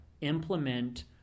Implement